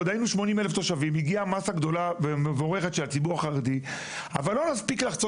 עד 2018 הפסיקה הייתה ברורה גם שחוברת לא חתומה היא כאילו לא הוגשה.